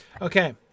Okay